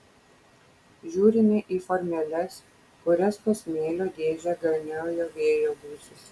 žiūrime į formeles kurias po smėlio dėžę gainioja vėjo gūsis